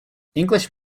english